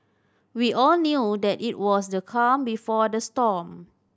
we all knew that it was the calm before the storm